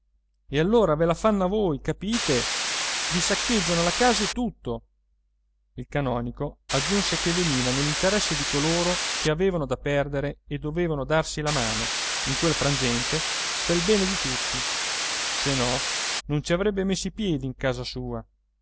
ve la fanno a voi capite i saccheggiano la casa e tutto il canonico aggiunse che veniva nell'interesse di coloro che avevano da perdere e dovevano darsi la mano in quel frangente pel bene di tutti se no non ci avrebbe messo i piedi in casa sua